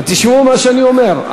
תשמעו מה שאני אומר.